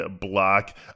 block